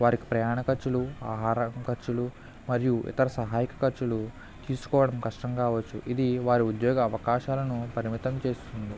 వారికి ప్రయాణ ఖర్చులు ఆహార ఖర్చులు మరియు ఇతర సహాయక ఖర్చులు తీసుకోవడం కష్టం కావచ్చు ఇది వారి ఉద్యోగ అవకాశాలను పరిమితం చేస్తుంది